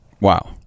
wow